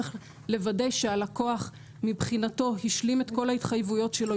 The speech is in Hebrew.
צריך לוודא שהלקוח מבחינתו השלים את כל ההתחייבויות שלו,